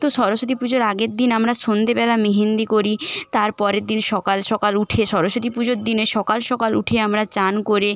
তো সরস্বতী পুজোর আগের দিন আমরা সন্ধ্যেবেলা মেহেন্দি করি তারপরের দিন সকাল সকাল উঠে সরস্বতী পুজোর দিনে সকাল সকাল উঠে আমরা চান করে